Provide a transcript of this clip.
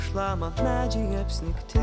šlama medžiai apsnigti